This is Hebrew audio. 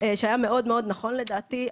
שהיה מאוד מאוד נכון לדעתי.